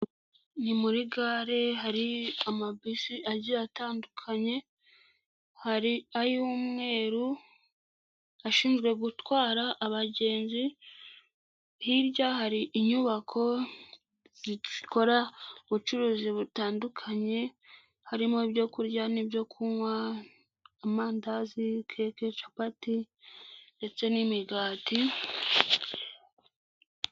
Ni muri gare hari amabisi agiye atandukanye hari ay'umweru ashinzwe gutwara abagenzi, hirya hari inyubako zikora ubucuruzi butandukanye, harimo ibyo kurya n'ibyo kunywa, amandazi, capati ndetse n'imigati.